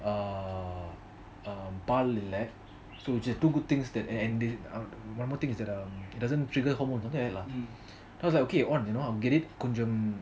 err err பால் இல்ல:paal illa two good things that ரெண்டு:rendu one good thing is that it doesn't trigger hormones okay கொஞ்சம்:konjam so I was like okay I will get it